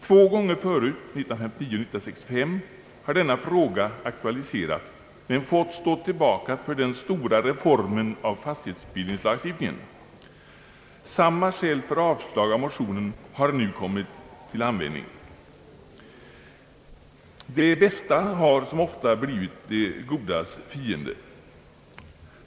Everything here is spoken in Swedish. Två gånger förut, 1959 och 1965, har denna fråga aktualiserats men fått stå tillbaka för den stora reformen av fastighetsbildningslagstiftningen. Samma skäl för avslag på motionen har nu kommit till användning. Det bästa har som ofta blivit det godas fiende.